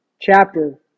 chapter